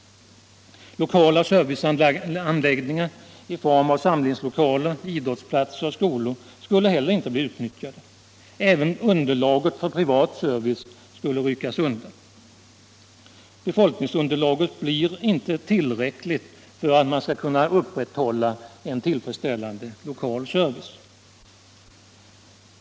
Lokala serviceanläggningar i form av samlingslokaler, idrottsplatser och skolor skulle inte heller bli utnyttjade. Även underlaget för privat service skulle ryckas undan. Befolkningsunderlaget blir inte tillräckligt för att man skall kunna upprätthålla en tillfredsställande lokal service.